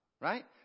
right